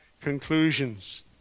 conclusions